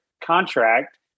contract